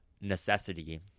necessity